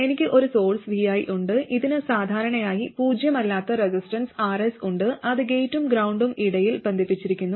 എനിക്ക് ഒരു source vi ഉണ്ട് ഇതിന് സാധാരണയായി പൂജ്യമല്ലാത്ത റെസിസ്റ്റൻസ് Rs ഉണ്ട് അത് ഗേറ്റും ഗ്രൌണ്ടും ഇടയിൽ ബന്ധിപ്പിച്ചിരിക്കുന്നു